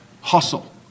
hustle